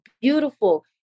beautiful